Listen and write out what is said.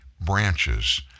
branches